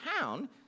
town